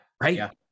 Right